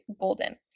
golden